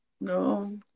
no